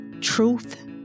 truth